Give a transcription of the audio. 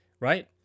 right